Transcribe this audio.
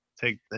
take